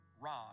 rod